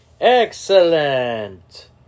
Excellent